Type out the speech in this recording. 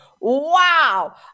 Wow